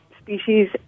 species